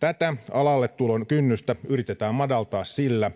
tätä alalle tulon kynnystä yritetään madaltaa sillä